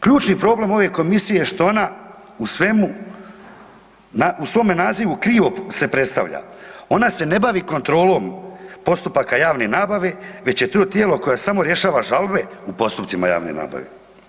Ključni problem ove komisije je što ona u svome nazivu krivo se predstavlja, ona se ne bavi kontrolom postupaka javne nabave već je to tijelo koje samo rješava žalbe u postupcima javne nabave.